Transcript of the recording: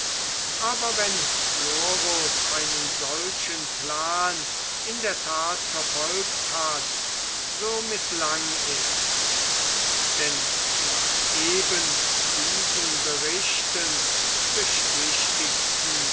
aber wenn florus einen solchen plan in der tat verfolgt hat so mißlang er denn nach eben diesen berichten beschwichtigten